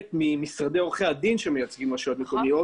ממשרדי עורכי הדין שמייצגים רשויות מקומיות